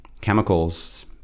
chemicals